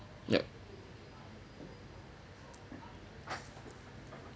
yup